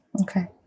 Okay